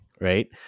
right